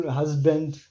husband